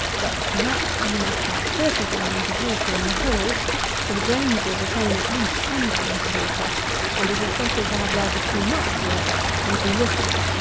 but, perhaps, you must have thirty gallons of water in the whole for the grains will retain at least ten gallons of water and it is better to have rather too much wort than too little.